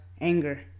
anger